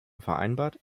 vereinbart